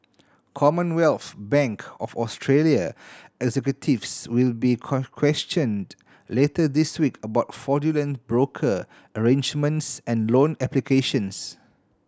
Commonwealth Bank of Australia executives will be questioned later this week about fraudulent broker arrangements and loan applications